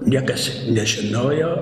niekas nežinojo